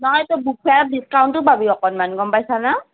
নহয় তই বুক ফেয়াৰত ডিচকাউণ্টো পাবি অকণমান গম পাইছনে